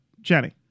Jenny